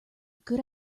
good